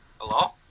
Hello